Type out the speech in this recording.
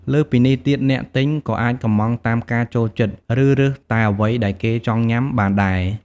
លើសពីនេះទៀត អ្នកទិញក៏អាចកម្មង់តាមការចូលចិត្ត ឬរើសតែអ្វីដែលគេចង់ញុំាបានដែរ។